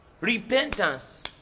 Repentance